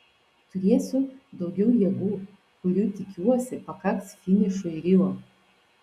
turėsiu daugiau jėgų kurių tikiuosi pakaks finišui rio